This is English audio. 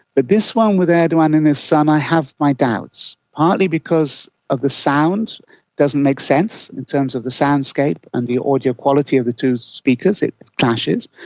but this one with erdogan and his son, i have my doubts, partly because of the sound, it doesn't make sense in terms of the sound scape and the audio quality of the two speakers, it clashes,